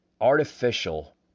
artificial